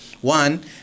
One